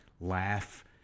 laugh